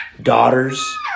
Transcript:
daughters